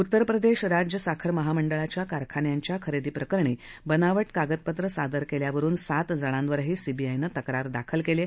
उत्तर प्रदेश राज्य साखर महामंडळाच्या कारखान्याच्या खरेदी प्रकरणी बनावट कागदपत्र सादर केल्यावरुन सात जणांवरही सीबीआयनं तक्रार दाखल केली आहे